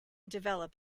develop